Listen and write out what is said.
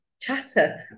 chatter